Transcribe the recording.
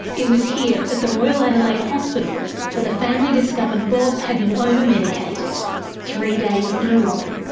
it was here at the royal adelaide hospital that the family discovered bob had been overmedicated three days in a row.